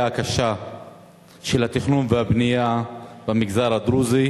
הקשה של התכנון והבנייה במגזר הדרוזי,